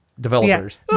developers